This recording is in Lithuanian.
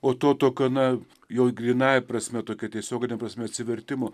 o to tokio na jau grynąja prasme tokia tiesiogine prasme atsivertimu